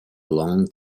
long